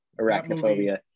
arachnophobia